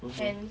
mmhmm